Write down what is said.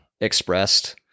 expressed